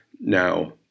now